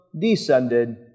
descended